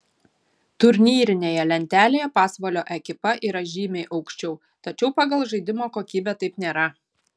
turnyrinėje lentelėje pasvalio ekipa yra žymiai aukščiau tačiau pagal žaidimo kokybę taip nėra